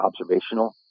observational